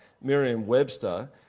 Merriam-Webster